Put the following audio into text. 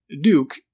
Duke